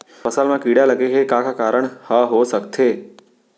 फसल म कीड़ा लगे के का का कारण ह हो सकथे?